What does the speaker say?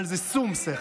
אבל זה שום שכל.